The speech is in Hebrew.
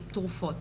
התרופות.